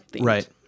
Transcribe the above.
right